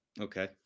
Okay